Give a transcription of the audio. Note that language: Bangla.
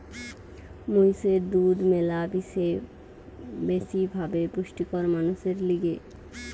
মহিষের দুধ ম্যালা বেশি ভাবে পুষ্টিকর মানুষের লিগে